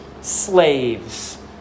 slaves